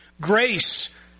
grace